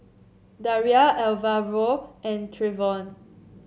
Daria Alvaro and Trevion